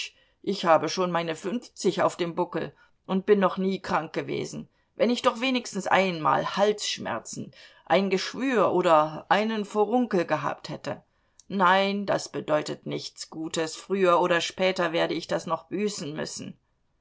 ich habe schon meine fünfzig auf dem buckel und bin noch nie krank gewesen wenn ich doch wenigstens einmal halsschmerzen ein geschwür oder einen furunkel gehabt hätte nein das bedeutet nichts gutes früher oder später werde ich das noch büßen müssen